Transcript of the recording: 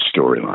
storyline